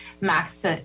max